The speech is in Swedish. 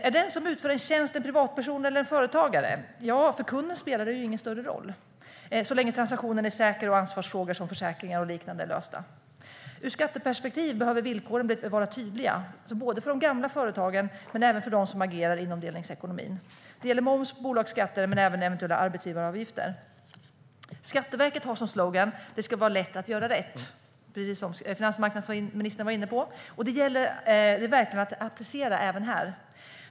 Är den som utför en tjänst en privatperson eller en företagare? Ja, för kunden spelar det ingen större roll, så länge transaktionen är säker och ansvarsfrågor som försäkringar och liknande är lösta. Ur skatteperspektiv behöver villkoren vara tydliga för de gamla företagen men även för dem som agerar inom delningsekonomin. Det gäller moms och bolagsskatter men även eventuella arbetsgivaravgifter. Skatteverket har som slogan: Det ska vara lätt att göra rätt. Det var finansmarknadsministern inne på. Det gäller verkligen att applicera detta även här.